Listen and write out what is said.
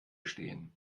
stehen